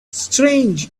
strange